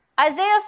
Isaiah